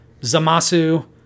Zamasu